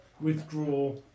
Withdraw